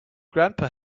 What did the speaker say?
grandpa